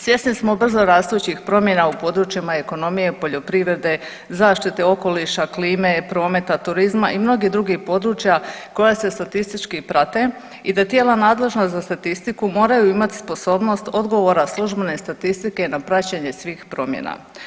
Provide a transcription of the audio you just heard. Svjesni smo brzo rastućih promjena u područjima ekonomije, poljoprivrede, zaštite okoliša, klime, prometa, turizma i mnogih drugih područja koja se statistički prate i da tijela nadležna za statistiku moraju imati sposobnost odgovora službene statistike na praćenja svih promjena.